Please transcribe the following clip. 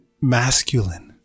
masculine